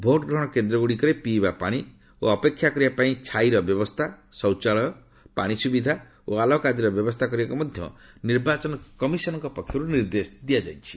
ଭୋଟଗ୍ରହଣ କେନ୍ଦ୍ରଗୁଡ଼ିକରେ ପିଇବା ପାଣି ଓ ଅପେକ୍ଷା କରିବା ପାଇଁ ଛାଇର ବ୍ୟବସ୍ଥା ଶୌଚାଳୟ ପାଣି ସୁବିଧା ଓ ଆଲୋକ ଆଦିର ବ୍ୟବସ୍ଥା କରିବାକୁ ମଧ୍ୟ ନିର୍ବାଚନ କମିଶନଙ୍କ ପକ୍ଷରୁ ନିର୍ଦ୍ଦେଶ ଦିଆଯାଇଛି